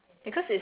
ya